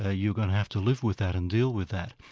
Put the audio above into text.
ah you're going to have to live with that and deal with that,